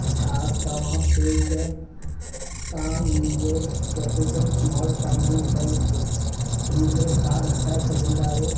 छा तव्हां पे ज़ेप तां मुंहिंजे capital small finance bank RuPay card हटाए सघंदा आहियो